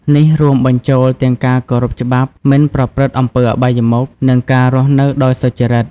នេះរួមបញ្ចូលទាំងការគោរពច្បាប់ មិនប្រព្រឹត្តអំពើអបាយមុខ និងការរស់នៅដោយសុចរិត។